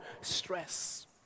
stress